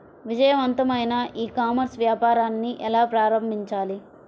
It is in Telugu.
విజయవంతమైన ఈ కామర్స్ వ్యాపారాన్ని ఎలా ప్రారంభించాలి?